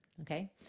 Okay